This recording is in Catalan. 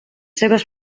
seves